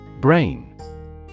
Brain